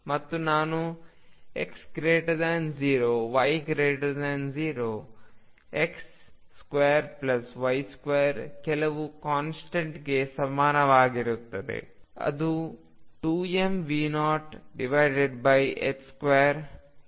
ಮತ್ತು ನಾನು X0 Y0 X2Y2 ಕೆಲವು ಕಾನ್ಸ್ಟೆಂಟ್ಗೆ ಸಮನಾಗಿರುತ್ತದೆ ಅದು 2mV02L22 ಆಗಿದೆ